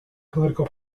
political